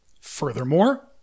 Furthermore